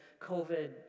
COVID